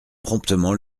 promptement